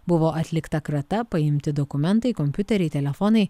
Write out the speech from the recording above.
buvo atlikta krata paimti dokumentai kompiuteriai telefonai